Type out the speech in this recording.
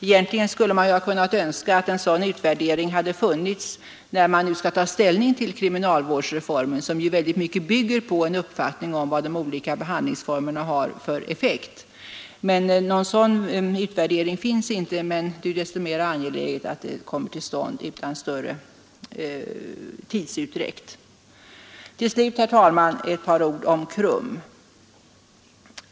Egentligen skulle man ju ha kunnat önska att en sådan utvärdering hade funnits när man nu skall ta ställning till kriminalvårdsreformen som ju mycket bygger på en uppfattning om vad de olika behandlingsformerna har för effekt. Någon sådan utvärdering finns inte. Det är angeläget att den kommer till stånd utan större tidsutdräkt. Till slut, herr talman, ett par ord om KRUM.